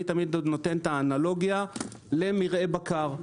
אני תמיד נותן את האנלוגיה למרעה בקר.